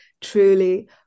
truly